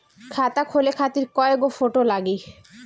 खाता खोले खातिर कय गो फोटो लागी?